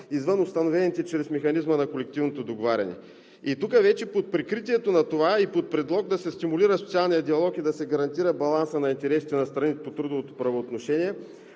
извън установените чрез механизма на колективното договаряне. И тук вече под прикритието на това и под предлог да се стимулира социалният диалог и да се гарантира балансът на интересите на страните по трудовото правоотношение,